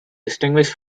distinguish